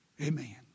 amen